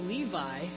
Levi